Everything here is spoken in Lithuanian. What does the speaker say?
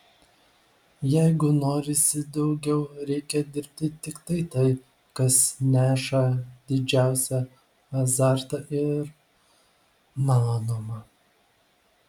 jeigu norisi daugiau reikia dirbti tik tai kas neša didžiausią azartą ir malonumą